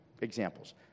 examples